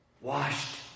washed